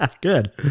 good